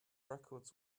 records